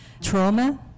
trauma